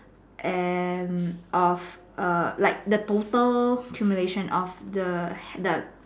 and of a like the total culmination of the the